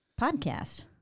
podcast